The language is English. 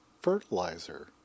fertilizer